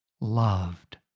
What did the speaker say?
loved